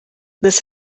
this